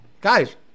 Guys